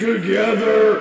together